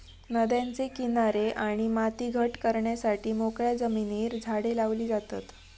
नद्यांचे किनारे आणि माती घट करण्यासाठी मोकळ्या जमिनीर झाडे लावली जातत